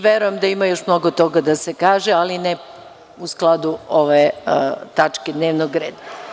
Verujem da ima još mnogo toga da se kaže, ali ne u skladu ove tačke dnevnog reda.